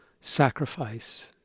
sacrifice